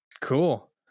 cool